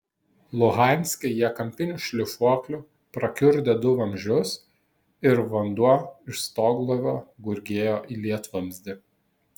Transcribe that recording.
luhanske jie kampiniu šlifuokliu prakiurdė du vamzdžius ir vanduo iš stoglovio gurgėjo į lietvamzdį